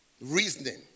reasoning